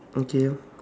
okay ah